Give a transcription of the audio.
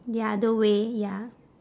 the other way ya